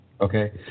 okay